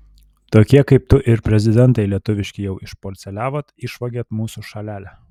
tokie kaip tu ir prezidentai lietuviški jau išparceliavot išvogėt mūsų šalelę